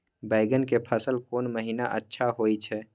बैंगन के फसल कोन महिना अच्छा होय छै?